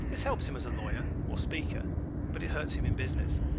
this helps him as a lawyer or speaker but it hurts him in business.